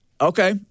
Okay